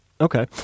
Okay